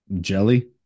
Jelly